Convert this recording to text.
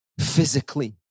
physically